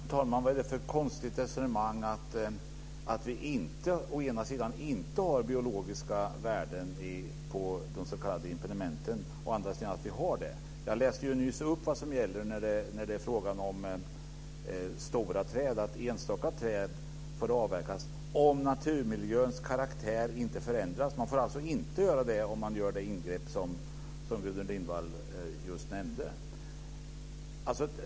Fru talman! Vad är det för konstigt resonemang, att vi å ena sidan inte har biologiska värden på de s.k. impedimenten och å andra sidan har det? Jag läste nyss upp vad som gäller i fråga om stora träd. Enstaka träd får avverkas om naturmiljöns karaktär inte förändras. Man får alltså inte göra det om man gör de ingrepp som Gudrun Lindvall just nämnde.